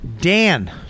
Dan